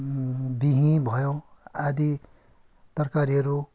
बिँही भयो आदि तरकारीहरू